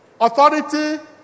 authority